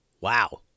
wow